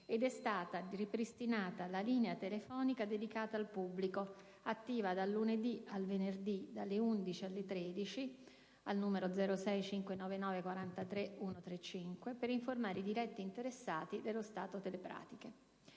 ed è stata ripristinata la linea telefonica dedicata al pubblico, attiva dal lunedì al venerdì, dalle ore 11 alle ore 13, al numero 06 59943135, per informare i diretti interessati sullo stato delle pratiche.